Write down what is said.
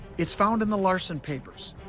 it's found in the larsson papers,